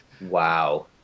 Wow